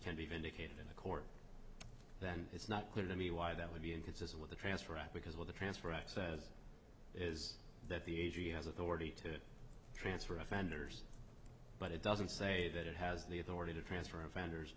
can be vindicated in a court then it's not clear to me why that would be inconsistent with the transfer act because what the transfer ex says is that the a g m has authority to transfer offenders but it doesn't say that it has the authority to transfer offenders